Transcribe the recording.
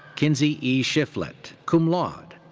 kinsey e. shifflet, cum laude.